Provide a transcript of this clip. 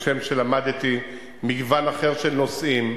כשם שלמדתי מגוון אחר של נושאים,